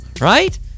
Right